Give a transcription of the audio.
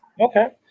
Okay